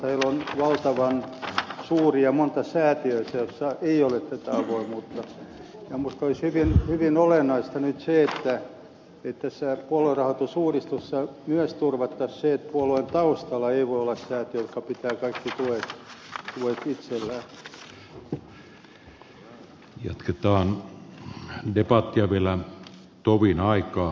heillä on valtavan suuria ja monia säätiöitä joissa ei ole tätä avoimuutta mutta olisi hyvin olennaista nyt se että tässä puoluerahoitusuudistuksessa turvattaisiin myös se että puolueen taustalla ei voi olla säätiö joka pitää kaikki tuet itsellään